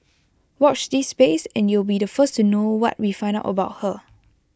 watch this space and you'll be the first to know what we find out about her